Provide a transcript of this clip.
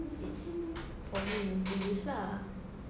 it's for me to use lah